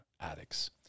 addicts